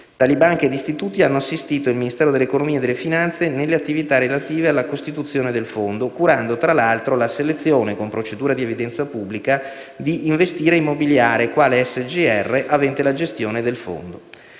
Tali banche ed istituti hanno assistito il Ministero dell'economia e delle finanze nelle attività relative alla costituzione del Fondo, curando, tra l'altro, la selezione, con procedura di evidenza pubblica, di Investire Immobiliare, quale SGR avente la gestione del Fondo.